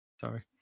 Sorry